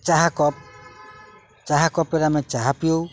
ଚାହା କପ୍ ଚାହା କପ୍ରେ ଆମେ ଚାହା ପିଉ